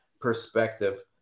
perspective